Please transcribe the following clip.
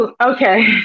okay